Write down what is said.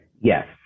Yes